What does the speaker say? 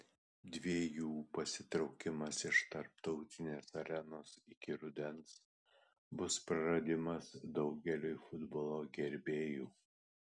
dviejų pasitraukimas iš tarptautinės arenos iki rudens bus praradimas daugeliui futbolo gerbėjų